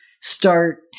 start